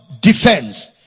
defense